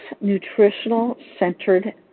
nutritional-centered